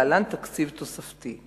להלן: תקציב תוספתי.